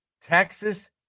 Texas